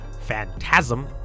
phantasm